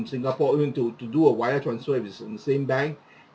singapore if you want to to do a wire transfer if it's in in same bank